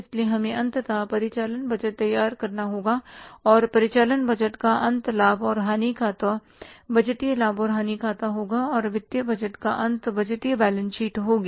इसलिए हमें अंततः परिचालन बजट तैयार करना होगा और परिचालन बजट का अंत लाभ और हानि खाता बजटीय लाभ और हानि खाता होगा और वित्तीय बजट का अंत बजटीय बैलेंस शीट होगी